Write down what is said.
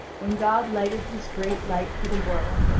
when god lighted his great light for the world,